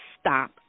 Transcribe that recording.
stop